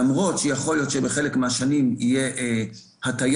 למרות שיכול להיות שבחלק מהשנים תהיה הטיה